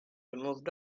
moved